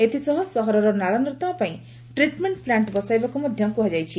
ଏଥିସହ ସହରର ନାଳନର୍ଦ୍ଦମା ପାଇଁ ଟ୍ରିଟ୍ମେଣ୍ ପ୍ଲାଣ୍ ବସାଇବାକୁ ମଧ୍ଧ କୁହାଯାଇଛି